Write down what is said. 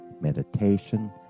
meditation